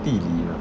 地理 you know